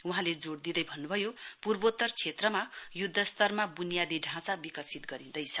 वहाँले जोड़ दिँदै भन्नुभयो पूर्वोत्तर क्षेत्रमा युध्दस्तरमा बुनियादी ढाँचा विकसित गरिँदैछ